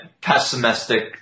pessimistic